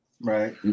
right